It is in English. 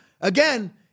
again